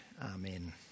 Amen